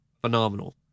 phenomenal